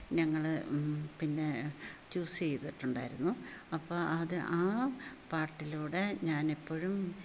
ഞങ്ങൾ പിന്നെ ചൂസ് ചെയ്തിട്ടുണ്ടായിരുന്നു അപ്പം അത് ആ പാട്ടിലൂടെ ഞാൻ എപ്പോഴും